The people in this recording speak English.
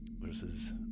versus